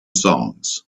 songs